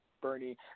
Bernie